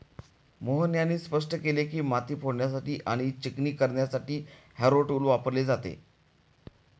मोहन यांनी स्पष्ट केले की, माती फोडण्यासाठी आणि चिकणी करण्यासाठी हॅरो टूल वापरले जाते